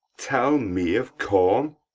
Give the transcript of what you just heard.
tell me of corn!